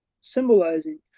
symbolizing